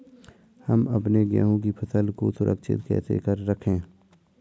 हम अपने गेहूँ की फसल को सुरक्षित कैसे रखें?